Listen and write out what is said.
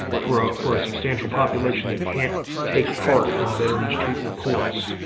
for for a substantial population that can't take part in veterans treatment courts,